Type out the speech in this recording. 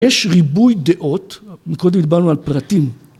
‫יש ריבוי דעות, ‫קודם דיברנו על פרטים.